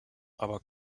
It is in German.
aber